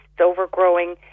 overgrowing